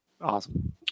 awesome